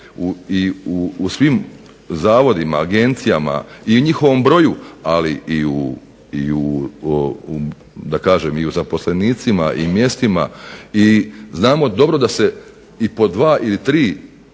u svim zavodima, agencijama i u njihovom broju ali i u da kažem zaposlenicima i mjestima i znamo dobro da se po dva, tri